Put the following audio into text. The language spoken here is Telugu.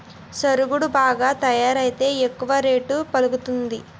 సరుగుడు బాగా తయారైతే ఎక్కువ రేటు పలుకుతాది